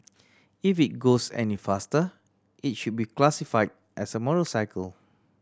if it goes any faster it should be classify as a motorcycle